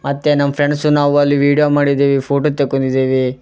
ಮತ್ತು ನಮ್ಮ ಫ್ರೆಣ್ಸು ನಾವು ಅಲ್ಲಿ ವೀಡ್ಯೋ ಮಾಡಿದ್ದೇವೆ ಫೋಟೋ ತೆಕ್ಕೊಂಡಿದ್ದೇವಿ